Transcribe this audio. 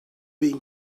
been